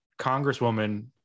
congresswoman